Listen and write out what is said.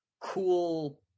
cool